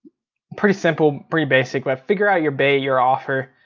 pretty simple, pretty basic, but figure out your bait, your offer,